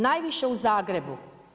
Najviše u Zagrebu.